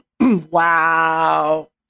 Wow